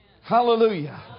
Hallelujah